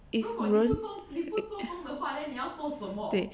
if 人对